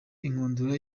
inkundura